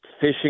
fishing